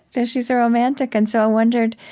and she's a romantic. and so i wondered,